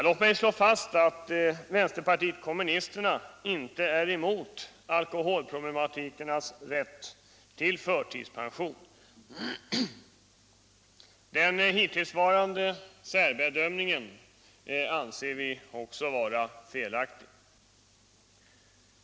Låt mig slå fast att vänsterpartiet kommunisterna inte är emot alkoholproblematikernas rätt till förtidspension och att vi anser att den hittillsvarande särbedömningen är felaktig.